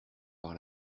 par